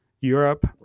Europe